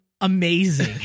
amazing